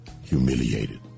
humiliated